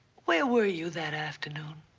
where were you that afternoon?